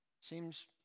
Seems